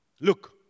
look